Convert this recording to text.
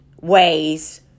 ways